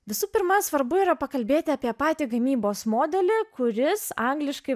visų pirma svarbu yra pakalbėti apie patį gamybos modelį kuris angliškai